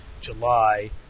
July